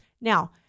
Now